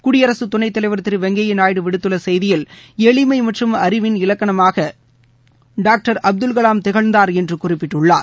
குடியரசு துணைத்தலைவர் திரு வெங்கையா நாயுடு விடுத்துள்ள செய்தியில் எளிமை மற்றும் அறிவின் இலக்கணமாக டாக்டர் அப்துல் கலாம் திகழ்ந்தார் என்று குறிப்பிட்டுள்ளார்